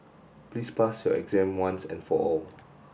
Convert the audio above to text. please pass your exam once and for all